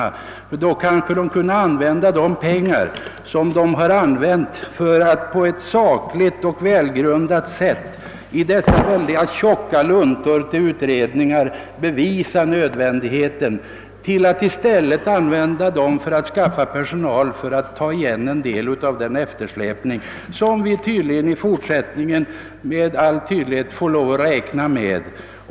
I stället kunde kanske patentverket använda de pengar, som det har lagt ned på att sakligt och välmotiverat i tjocka luntor och utredningar bevisa nödvändigheten av en upprustning, till att skaffa personal för att ta igen en del av den eftersläpning, som vi tydligen framgent får lov att räkna med.